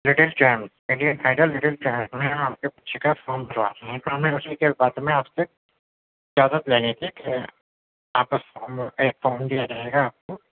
یہ میں آپ کے بچے کا فارم بھروا دوں گا اسی کے بارے میں میں آپ سے اجازت لینے کے لئے آپ کو آپ کو ایک فارم دیا جائے گا آپ کو